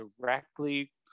directly